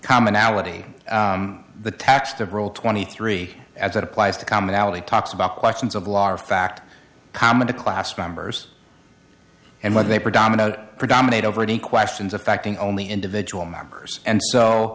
commonality the tax the role twenty three as it applies to commonality talks about questions of law or fact common to class members and what they predominantly predominate over any questions affecting only individual members and so